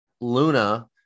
Luna